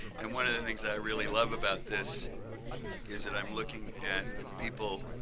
and one of the things i really love about this is that i'm looking at people